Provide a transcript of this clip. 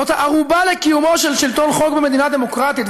זאת הערובה לקיומו של שלטון חוק במדינה דמוקרטית.